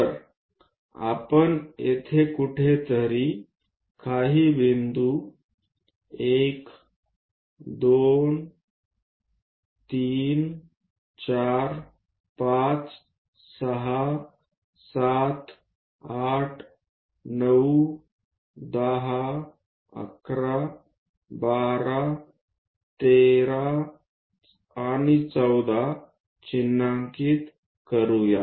तर आपण येथे कुठेतरी काही बिंदू 1 2 3 4 5 6 7 8 9 10 11 12 13 आणि 14 चिन्हांकित करू या